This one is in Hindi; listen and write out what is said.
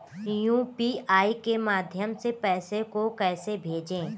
यू.पी.आई के माध्यम से पैसे को कैसे भेजें?